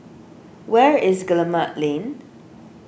where is Guillemard Lane